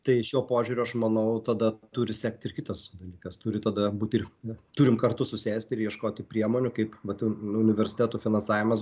tai šiuo požiūriu aš manau tada turi sekti ir kitas dalykas turi tada būti turim kartu susėsti ir ieškoti priemonių kaip vat universitetų finansavimas